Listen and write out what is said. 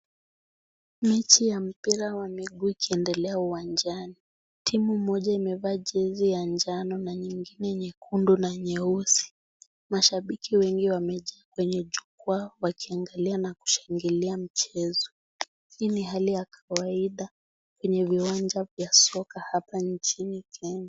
Mechi ya mpira wa miguu ikiendelea uwanjani. Timu mmoja imevaa jezi ya njano na nyingine nyekundu na nyeusi. Mashabiki wengi wamejaa kwenye jukwa wakiangalia na kushangilia mchezo. Hii ni hali ya kawaida kwenye viwanja vya soka hapa nchini Kenya.